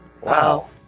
Wow